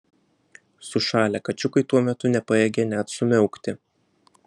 sušalę kačiukai tuo metu nepajėgė net sumiaukti